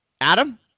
Adam